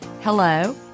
hello